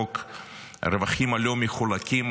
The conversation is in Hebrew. חוק הרווחים הלא-מחולקים,